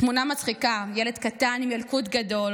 תמונה מצחיקה, ילד קטן עם ילקוט גדול,